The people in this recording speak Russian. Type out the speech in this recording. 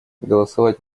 голосовать